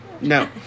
No